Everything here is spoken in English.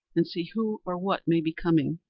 and see who or what may be coming.